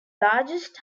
largest